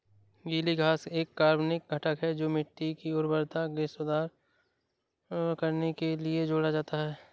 गीली घास एक कार्बनिक घटक है जो मिट्टी की उर्वरता में सुधार करने के लिए जोड़ा जाता है